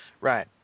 Right